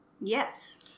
Yes